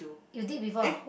you did before ah